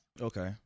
Okay